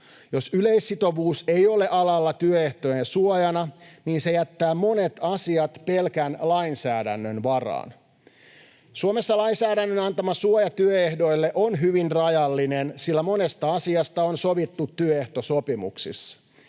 Jos yleissitovuus ei ole alalla työehtojen suojana, niin se jättää monet asiat pelkän lainsäädännön varaan. Suomessa lainsäädännön antama suoja työehdoille on hyvin rajallinen, sillä monesta asiasta on sovittu työehtosopimuksissa.